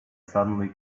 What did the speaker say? suddenly